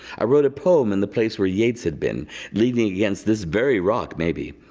i wrote a poem in the place where yates had been leaning against this very rock maybe.